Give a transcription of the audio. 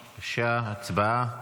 בבקשה, הצבעה.